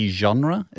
genre